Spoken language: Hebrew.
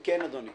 כן, אדוני.